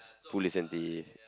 police and thief